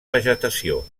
vegetació